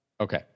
Okay